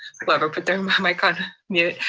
whoever put their mic on mute.